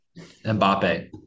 Mbappe